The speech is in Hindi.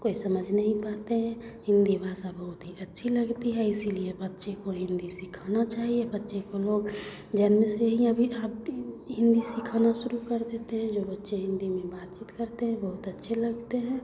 कोई समझ नहीं पाते हैं हिन्दी भाषा बहुत ही अच्छी लगती है इसीलिए बच्चे को हिन्दी सिखाना चाहिए बच्चे को लोग जन्म से ही अभी आप हिन्दी सिखाना शुरू कर देते हैं जो बच्चे हिन्दी में बातचीत करते हैं बहुत अच्छे लगते हैं